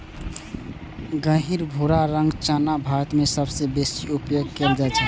गहींर भूरा रंगक चना भारत मे सबसं बेसी उपयोग कैल जाइ छै